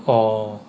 orh